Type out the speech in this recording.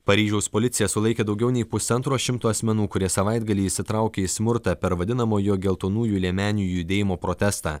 paryžiaus policija sulaikė daugiau nei pusantro šimto asmenų kurie savaitgalį įsitraukė į smurtą per vadinamojo geltonųjų liemenių judėjimo protestą